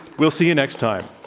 we'll see you next time.